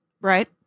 Right